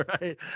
right